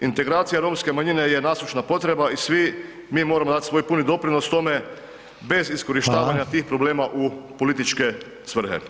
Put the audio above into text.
Integracija romske manjine je nasušna potreba i svi mi moramo dat svoj puni doprinos tome bez iskorištavanja [[Upadica: Hvala]] tih problema u političke svrhe.